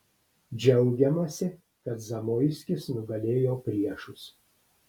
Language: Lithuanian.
džiaugiamasi kad zamoiskis nugalėjo priešus